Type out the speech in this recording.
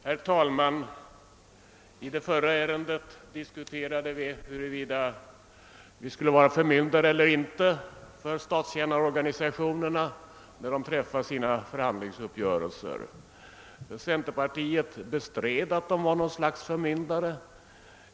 Herr talman! I det förra ärendet diskuterade vi, huruvida vi skulle vara förmyndare för statstjänarorganisationerna när dessa träffar sina förhandlingsuppgörelser. Centerpartiet bestred att man inom detta parti var något slags förmyndare.